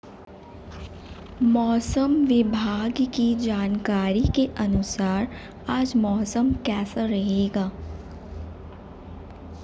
मौसम विभाग की जानकारी के अनुसार आज मौसम कैसा रहेगा?